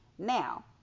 Now